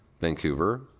Vancouver